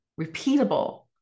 repeatable